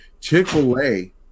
Chick-fil-A